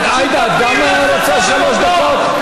עאידה, גם את רוצה שלוש דקות?